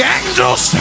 angels